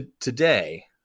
today